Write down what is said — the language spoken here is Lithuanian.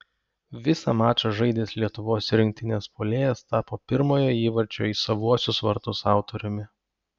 visą mačą žaidęs lietuvos rinktinės puolėjas tapo pirmojo įvarčio į savuosius vartus autoriumi